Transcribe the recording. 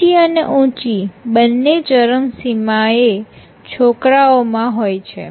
નીચી અને ઊંચી બંને ચરમસીમાએ છોકરાઓમાં હોય છે